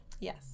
Yes